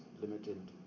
limited